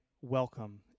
welcome